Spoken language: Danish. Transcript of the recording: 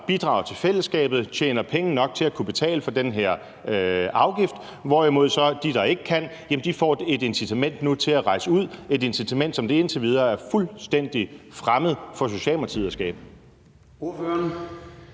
bidrager til fællesskabet og tjener penge nok til at kunne betale den her afgift, hvorimod de, der ikke kan det, nu får et incitament til at rejse ud, altså et incitament, som det indtil videre har været fuldstændig fremmed for Socialdemokratiet at